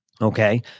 okay